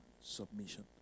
submission